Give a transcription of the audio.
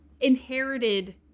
inherited